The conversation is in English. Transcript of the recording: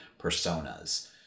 personas